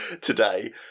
today